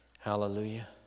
Hallelujah